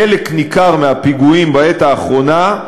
חלק ניכר מהפיגועים בעת האחרונה,